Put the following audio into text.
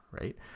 right